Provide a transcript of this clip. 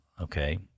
Okay